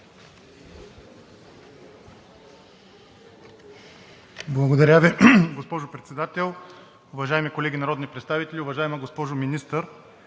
Благодаря Ви, госпожо Председател. Уважаеми колеги народни представители! Уважаема госпожо Министър,